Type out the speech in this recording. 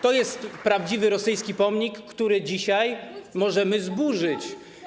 To jest prawdziwy rosyjski pomnik, który dzisiaj możemy zburzyć.